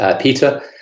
Peter